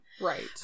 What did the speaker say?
Right